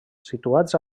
situats